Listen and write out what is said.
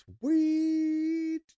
Sweet